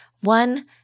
One